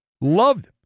Loved